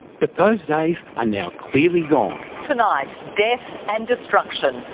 but those days are now clearly gone. tonight, death and destruction.